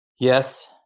Yes